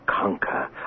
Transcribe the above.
conquer